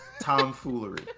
Tomfoolery